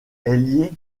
liée